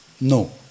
no